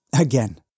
again